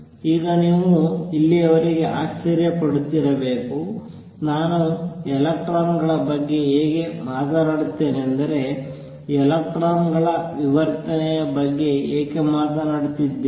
ಈಗ ನೀವು ಇಲ್ಲಿಯವರೆಗೆ ಆಶ್ಚರ್ಯ ಪಡುತ್ತಿರಬೇಕು ನಾನು ಎಲೆಕ್ಟ್ರಾನ್ ಗಳ ಬಗ್ಗೆ ಹೇಗೆ ಮಾತನಾಡುತ್ತಿದ್ದೇನೆಂದರೆ ಎಲೆಕ್ಟ್ರಾನ್ ಗಳ ವಿವರ್ತನೆಯ ಬಗ್ಗೆ ಏಕೆ ಮಾತನಾಡುತ್ತಿದ್ದೇನೆ